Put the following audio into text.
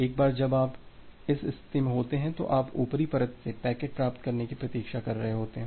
एक बार जब आप इस स्थिति में होते हैं तो आप ऊपरी परत से पैकेट प्राप्त करने की प्रतीक्षा कर रहे हैं